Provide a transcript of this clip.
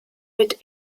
mit